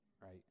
right